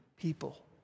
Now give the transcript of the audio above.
people